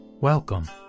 Welcome